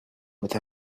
with